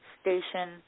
Station